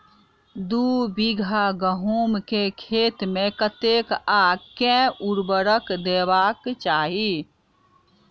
दु बीघा गहूम केँ खेत मे कतेक आ केँ उर्वरक देबाक चाहि?